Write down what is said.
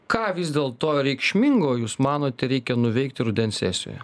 ką vis dėlto reikšmingo jūs manote reikia nuveikti rudens sesijoje